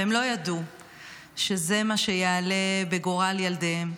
והם לא ידעו שזה מה שיעלה בגורל ילדיהם.